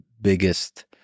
biggest